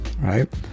right